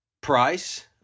price